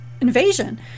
invasion